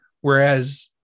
Whereas